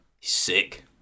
sick